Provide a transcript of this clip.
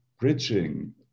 bridging